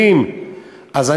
שקלים ל-5,000 שקלים,